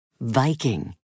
Viking